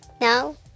No